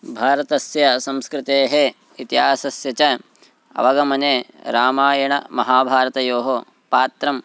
भारतस्य संस्कृतेः इतिहासस्य च अवगमने रामायणमहाभारतयोः पात्रं